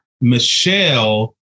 Michelle